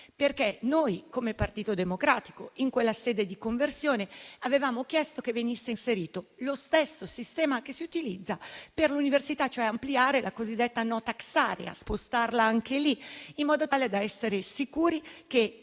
costi. Noi come Partito Democratico in quella sede di conversione avevamo chiesto che venisse inserito lo stesso sistema che si utilizza per l'università, e cioè ampliare la cosiddetta *no tax area*, spostarla anche in quell'ambito, in modo tale da essere sicuri che